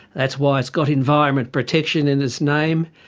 that's why it's got environment protection in its name,